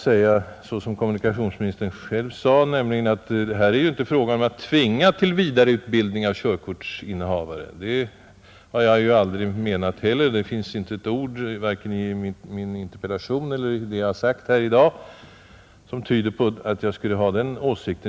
Som kommunikationsministern själv sade är det här inte meningen att tvinga körkortsinnehavare till vidareutbildning. Det har inte heller jag menat. Det finns inte ett ord om detta i min interpellation, och jag har här i dag inte heller sagt något, som tyder på att jag skulle ha den åsikten.